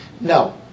No